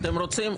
אתם רוצים?